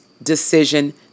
decision